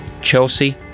Chelsea